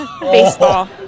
Baseball